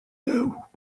knew